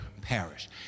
parish